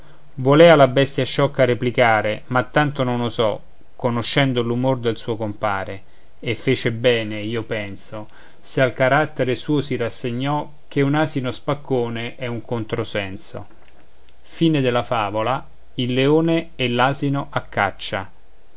volea la bestia sciocca replicare ma tanto non osò conoscendo l'umor del suo compare e fece bene io penso se al carattere suo si rassegnò ché un asino spaccone è un contro senso e